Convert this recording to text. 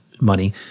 money